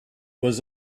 was